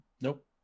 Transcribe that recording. Nope